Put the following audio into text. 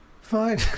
fine